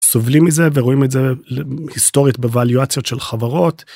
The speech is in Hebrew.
סובלים מזה ורואים את זה היסטורית בוואליואציות של חברות.